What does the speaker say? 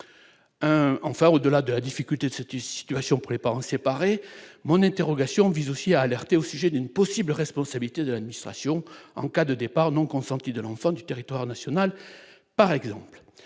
enfin, au-delà de la difficulté de se qui situation préparant séparer mon interrogation vise aussi à alerter aussi d'une possible responsabilité de l'administration en cas de départ non consenti de l'enfant du territoire national par exemple,